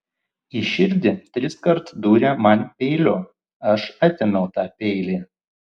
į širdį triskart dūrė man peiliu aš atėmiau tą peilį